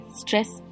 stress